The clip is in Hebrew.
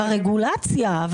--- ברגולציה,